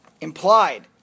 implied